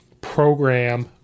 program